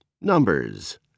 Numbers